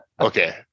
Okay